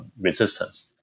resistance